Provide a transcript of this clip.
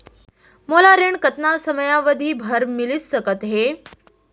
मोला ऋण कतना समयावधि भर मिलिस सकत हे?